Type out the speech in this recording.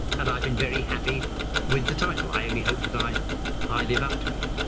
and i've been very happy with the title. i only hope that i i live up to it.